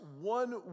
one